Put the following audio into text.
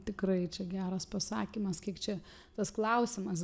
tikrai čia geras pasakymas kiek čia tas klausimas